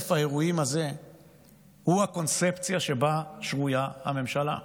רצף האירועים הזה הוא הקונספציה שבה שרויה הממשלה.